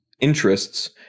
interests